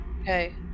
Okay